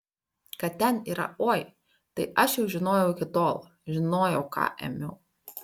kad ten yra oi tai aš jau žinojau iki tol žinojau ką ėmiau